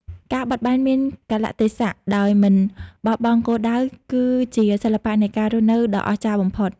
ការបត់បែនតាមកាលៈទេសៈដោយមិនបោះបង់គោលដៅ គឺជាសិល្បៈនៃការរស់នៅដ៏អស្ចារ្យបំផុត។